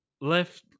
left